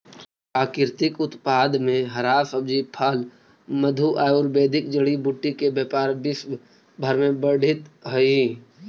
प्राकृतिक उत्पाद में हरा सब्जी, फल, मधु, आयुर्वेदिक जड़ी बूटी के व्यापार विश्व भर में बढ़ित हई